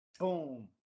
Boom